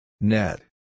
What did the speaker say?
Net